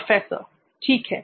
professor ठीक है